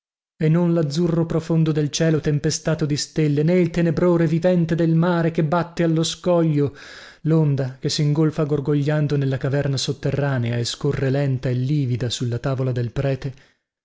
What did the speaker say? lazzurro profondo del cielo tempestato di stelle nè il tenebrore vivente del mare che batte allo scoglio londa che singolfa gorgogliando nella caverna sotterranea e scorre lenta e livida sulla tavola del prete